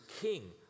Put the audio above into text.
king